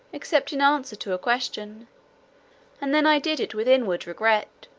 except in answer to a question and then i did it with inward regret,